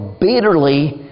bitterly